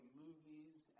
movies